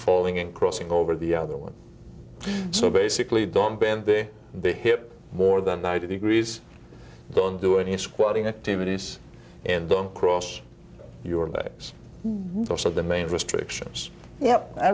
falling and crossing over the other one so basically don't bend the big hip more than ninety degrees don't do it in squatting activities and don't cross your legs those are the main restrictions ye